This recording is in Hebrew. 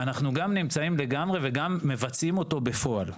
אנחנו גם נמצאים לגמרי וגם מבצעים אותו בפועל.